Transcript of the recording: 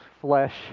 flesh